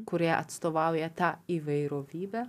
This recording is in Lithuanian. kurie atstovauja tą įvairovybę